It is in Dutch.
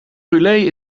brûlée